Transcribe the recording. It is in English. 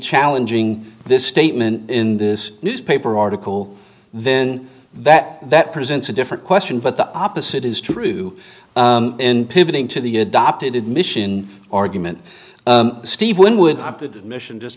challenging this statement in this newspaper article then that that presents a different question but the opposite is true and pivoting to the adopted mission argument steve winwood opted mission just